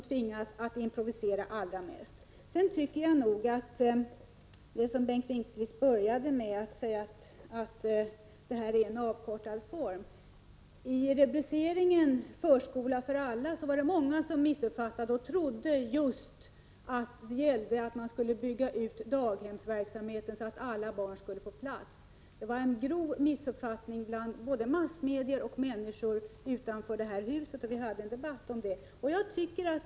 Bengt Lindqvist började med att säga att uttalandet i regeringsdeklarationen var en avkortad version. Många missuppfattade rubriceringen ”Förskola för alla” och trodde att det gällde utbyggnad av daghemsverksamheten så att alla barn skulle få plats. Det var en grov missuppfattning bland både massmedia och människor utanför detta hus, och vi hade en debatt om det.